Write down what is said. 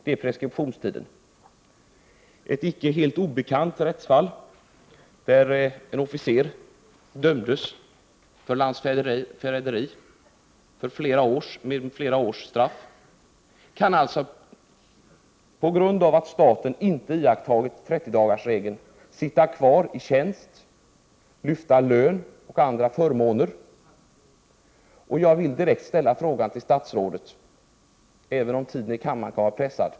Det finns ett icke helt okänt rättsfall där en officer dömdes för landsförräderi till flera års straff. På grund av att staten inte iakttagit 30-dagarsregeln kunde denne sitta kvar på sin tjänst, lyfta lön och tillgodogöra sig andra förmåner.